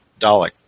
Dalek